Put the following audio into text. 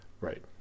Right